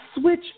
switch